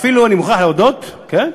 אפילו, אני מוכרח להודות, כן,